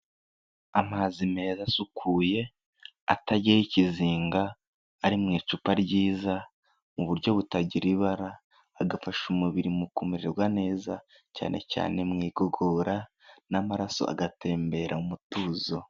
Amazi meza asukuye atagira ikizinga, ari mu icupa ryiza mu buryo butagira ibara, agafasha umubiri mu kumererwa neza, cyane cyane mu igogora n'amaraso agatembera mu mutuzo.